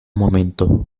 momento